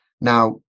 Now